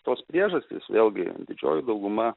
tos priežastys vėlgi didžioji dauguma